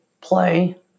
play